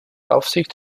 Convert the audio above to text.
aufsicht